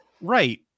right